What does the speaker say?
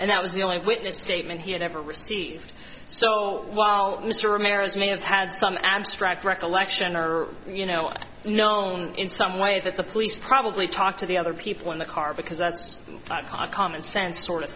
and that was the only witness statement he had ever received so while mr ramirez may have had some abstract recollection or you know known in some way that the police probably talk to the other people in the car because that's common sense sort of